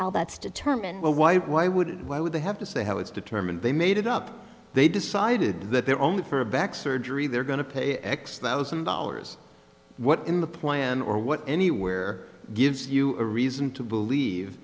how that's determined why why would it why would they have to say how it's determined they made it up they decided that they're only for a back surgery they're going to pay x thousand dollars what in the plan or what anywhere gives you a reason to believe